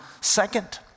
second